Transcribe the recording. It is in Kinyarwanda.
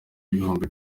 ibihumbi